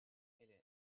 hélène